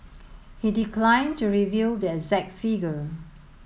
he declined to reveal the exact figure